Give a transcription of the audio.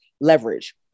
leverage